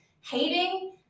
hating